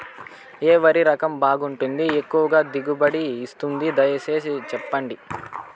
ఏ వరి రకం బాగుంటుంది, ఎక్కువగా దిగుబడి ఇస్తుంది దయసేసి చెప్పండి?